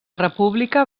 república